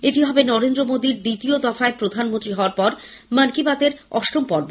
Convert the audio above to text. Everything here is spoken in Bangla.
এটি হবে নরেন্দ্র মোদীর দ্বিতীয় দফায় প্রধানমন্ত্রী হওয়ার পর মন কি বাতএর অষ্টম পর্ব